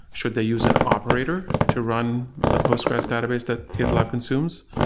should they use an operator to run the postgresql database that gitlab consumes?